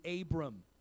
Abram